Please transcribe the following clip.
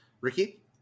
Ricky